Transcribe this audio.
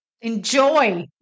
enjoy